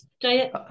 Diet